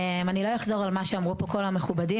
אני לא אחזור על מה שאמרו כאן המכובדים.